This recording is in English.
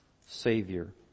Savior